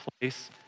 place